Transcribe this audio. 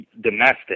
domestic